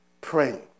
praying